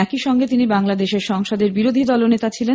একই সঙ্গে তিনি বাংলাদেশের সংসদের বিরোধী দলনেতা ছিলেন